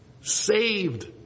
saved